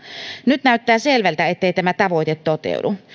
nyt näyttää selvältä ettei tämä tavoite toteudu